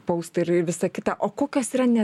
poustai ir visa kita o kokios yra ne